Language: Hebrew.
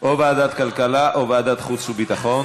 או ועדת כלכלה או ועדת החוץ והביטחון.